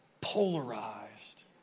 polarized